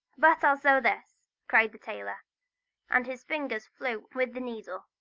but i'll sew this! cried the tailor and his fingers flew with the needle,